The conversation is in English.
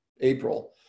April